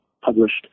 published